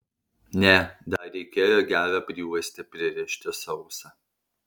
ne dar reikėjo gerą prijuostę pririšti sausą